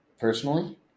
Personally